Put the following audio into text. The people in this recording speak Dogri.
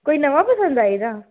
कोई नमां पसंद आई दा हा